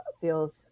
feels